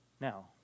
Now